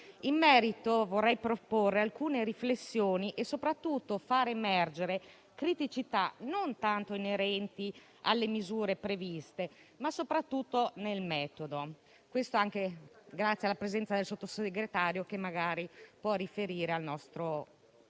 In merito vorrei proporre alcune riflessioni e soprattutto far emergere delle criticità non tanto inerenti alle misure previste, ma soprattutto nel metodo. Questo anche grazie alla presenza del Sottosegretario, che magari può riferire al Governo.